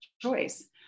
choice